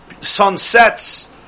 Sunsets